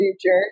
future